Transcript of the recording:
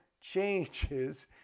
changes